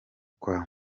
kwa